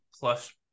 plus